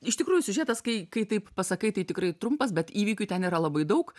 iš tikrųjų siužetas kai kai taip pasakai tai tikrai trumpas bet įvykių ten yra labai daug